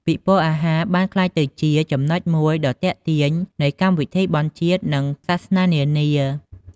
ពិព័រណ៍អាហារបានក្លាយទៅជាចំណុចមួយដ៏ទាក់ទាញនៃកម្មវិធីបុណ្យជាតិ និងសាសនានានា។